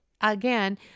again